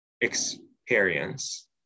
experience